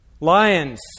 Lions